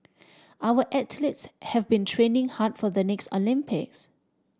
our athletes have been training hard for the next Olympics